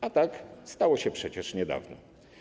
A tak stało się przecież niedawno.